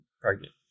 Pregnant